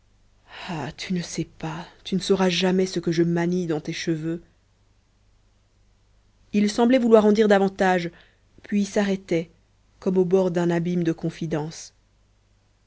ah tu ne sais pas tu ne sauras jamais ce que je manie dans tes cheveux il semblait vouloir en dire davantage puis s'arrêtait comme au bord d'un abîme de confidences